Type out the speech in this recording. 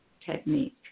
technique